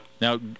Now